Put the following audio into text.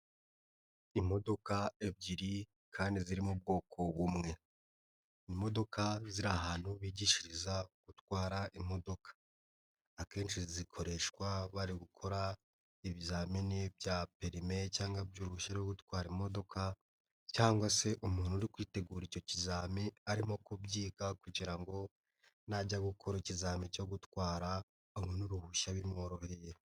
Imodoka ebyiri kandi ziri mu bwoko bumwe, imodoka ziri ahantu bigishiriza gutwara imodoka akenshi zikoreshwa bari gukora ibizamini bya perimi cyangwa byo uruhushya rwo gutwara imodoka cyangwa se umuntu uri kwitegura icyo kizamini arimo kubyiga kugirango ngo najya gukora ikizamini cyo gutwara abone uruhushya bimworoheye.